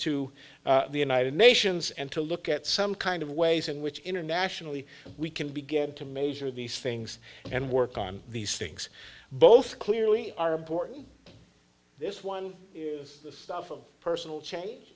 to the united nations and to look at some kind of ways in which internationally we can begin to measure these things and work on these things both clearly are important this one is the stuff of personal change